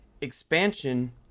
Expansion